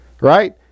right